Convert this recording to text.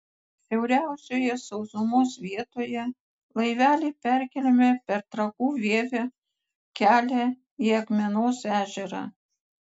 siauriausioje sausumos vietoje laiveliai perkeliami per trakų vievio kelią į akmenos ežerą